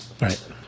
Right